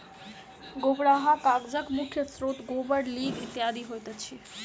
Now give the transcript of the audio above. गोबराहा कागजक मुख्य स्रोत गोबर, लीद इत्यादि होइत अछि